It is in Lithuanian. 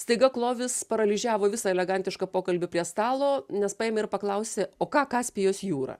staiga klovis paralyžiavo visą elegantišką pokalbį prie stalo nes paėmė ir paklausė o ką kaspijos jūra